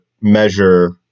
measure